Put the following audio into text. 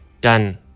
done